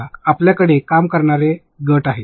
परंतु आपल्याकडे काम करणारे गट आहेत